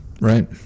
Right